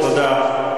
תודה.